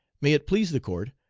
may it please the court,